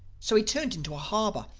so we turned into a harbor.